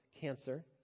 cancer